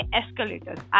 escalators